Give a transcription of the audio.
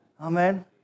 Amen